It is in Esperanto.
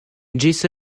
ĝis